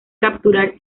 capturar